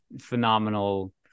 phenomenal